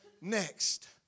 next